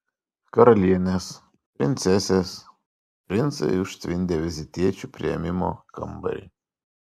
karalienės princesės princai užtvindė vizitiečių priėmimo kambarį